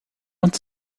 und